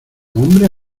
hombres